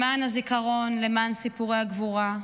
למען הזיכרון, למען סיפורי הגבורה,